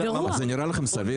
זה נראה לכם סביר?